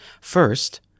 First